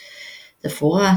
תפאורה,